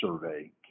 survey